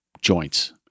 joints